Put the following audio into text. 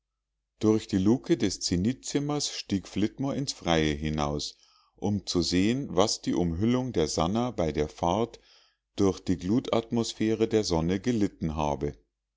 durch die lucke des zenithzimmers stieg flitmore ins freie hinaus um zu sehen was die umhüllung der sannah bei der fahrt durch die glutatmosphäre der sonne gelitten habe